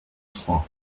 trois